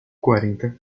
quarenta